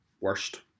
worst